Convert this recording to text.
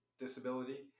disability